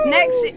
Next